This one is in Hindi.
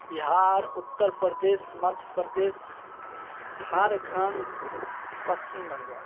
बिहार उत्तर प्रदेश मध्य प्रदेश झारखण्ड पश्चिम बंगाल